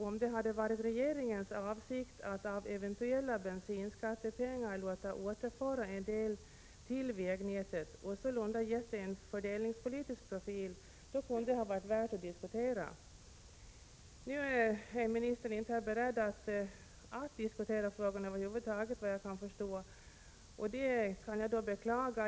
Om det hade varit regeringens avsikt att av eventuella bensinskattepengar låta återföra en del till vägnätet och således ge förslaget om bensinskattehöjning en fördelningspolitisk profil kunde det ha varit värt att diskutera. Nu är ministern, såvitt jag kan förstå, inte beredd att diskutera saken över huvud taget. Det kan jag bara beklaga.